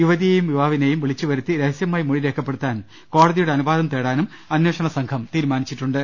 യുവതിയെയും യുവാവിനെയും വിളിച്ചുവരുത്തി രഹസ്യ മൊഴി രേഖപ്പെടുത്താൻ കോടതിയുടെ അനുവാദം തേടാനും അന്വേഷണസംഘം തീരുമാനിച്ചിട്ടുണ്ട്